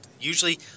Usually